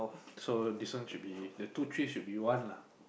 so this one should be the two trees should be one lah